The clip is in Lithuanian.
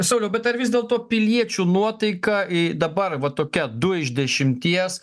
sauliau bet ar vis dėlto piliečių nuotaika dabar va tokia du iš dešimties